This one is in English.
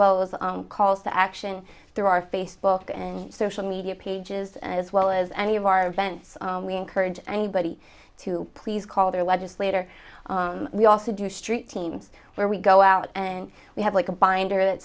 well as calls to action through our facebook and social media pages as well as any of our events we encourage anybody to please call their legislator we also do street scenes where we go out and we have like a binder that